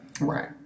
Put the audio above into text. Right